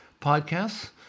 podcasts